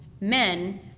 men